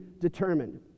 determined